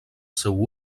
seu